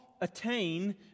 Attain